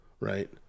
right